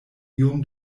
iom